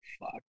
fuck